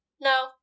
No